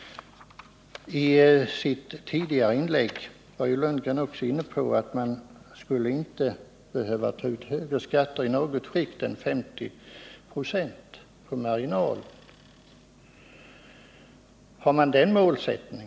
I sitt förra inlägg sade Bo Lundgren att man inte skulle behöva ta ut mer än 50 96 marginalskatt i något inkomstskikt.